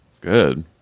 good